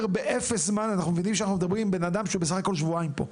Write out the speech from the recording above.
באפס זמן אנחנו מדברים עם בן אדם שנמצא בסך הכל שבועיים בתפקיד.